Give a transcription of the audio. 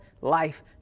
life